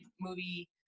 movie